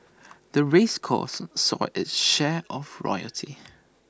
the race course saw of its share of royalty